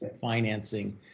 financing